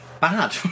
Bad